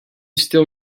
still